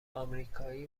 آمریکایی